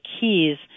keys